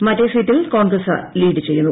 മറ്റേ സീറ്റിൽ Congress lead ചെയ്യുന്നു